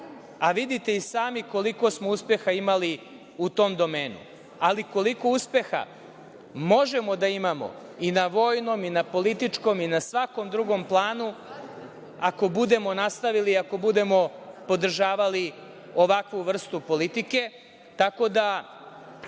a vidite i sami koliko smo uspeha imali u tom domenu, ali koliko uspeha možemo da imamo i na vojnom i na političkom i na svakom drugom planu ako budemo nastavili, ako budemo podržavali ovakvu vrstu politike, tako da,